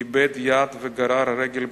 איבד יד וגרר רגל פגועה.